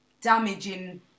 damaging